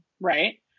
right